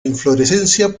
inflorescencia